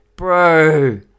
Bro